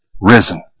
risen